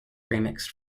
remixed